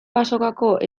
azokako